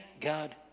God